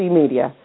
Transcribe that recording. media